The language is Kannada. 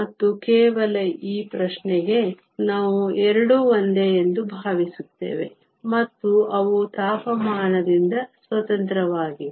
ಮತ್ತು ಕೇವಲ ಈ ಪ್ರಶ್ನೆಗೆ ನಾವು ಎರಡೂ ಒಂದೇ ಎಂದು ಭಾವಿಸುತ್ತೇವೆ ಮತ್ತು ಅವು ತಾಪಮಾನದಿಂದ ಸ್ವತಂತ್ರವಾಗಿವೆ